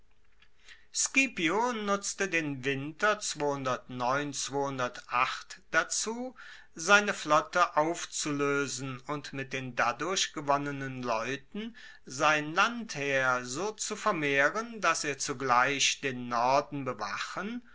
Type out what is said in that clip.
scipio nutzte den winter dazu seine flotte aufzuloesen und mit den dadurch gewonnenen leuten sein landheer so zu vermehren dass er zugleich den norden bewachen